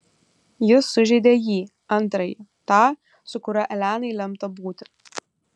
jis sužeidė jį antrąjį tą su kuriuo elenai lemta būti